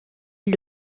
est